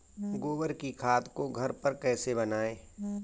गोबर की खाद को घर पर कैसे बनाएँ?